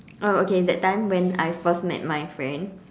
oh okay that time when I first met my friend